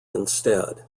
instead